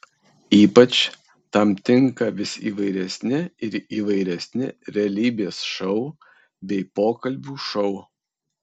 ypač tam tinka vis įvairesni ir įvairesni realybės šou bei pokalbių šou